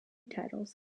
titles